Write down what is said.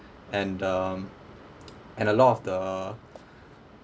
and um and a lot of the